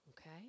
Okay